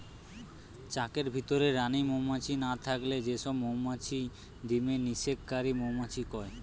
চাকের ভিতরে রানী মউমাছি না থাকলে যে সব মউমাছি ডিমের নিষেক কারি মউমাছি কয়